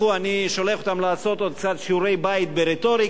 אני שולח אותם לעשות עוד קצת שיעורי-בית ברטוריקה,